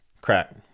Crack